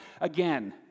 again